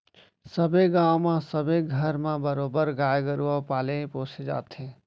सबे गाँव म सबे घर म बरोबर गाय गरुवा पाले पोसे जाथे